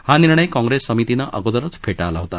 हा निर्णय काँग्रेस समितीने अगोदरच फेटाळला आहे